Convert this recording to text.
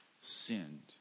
sinned